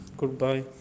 Goodbye